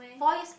four years